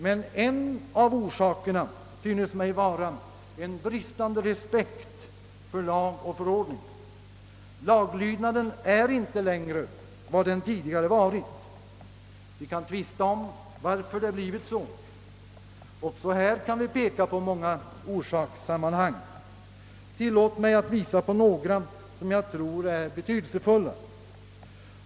Men en av orsakerna synes mig vara en bristande respekt för lag och förordning. Laglydnaden är inte längre vad den tidigare varit, Vi kan tvista om varför det blivit så. Också här kan vi peka på många orsakssammanhang. Tillåt mig att visa på några som jag tror är betydelsefulla.